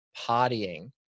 partying